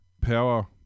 power